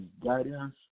guidance